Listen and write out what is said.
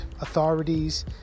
authorities